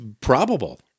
probable